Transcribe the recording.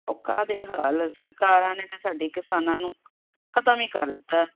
ਓ ਕਾਦੇ ਹਾਲ ਸਰਕਾਰਾਂ ਨੇ ਨਾ ਸਾਡੇ ਕਿਸਾਨਾਂ ਨੂੰ ਖਤਮ ਹੀ ਕਰ ਦਿੱਤਾ